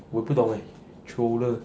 我有 troller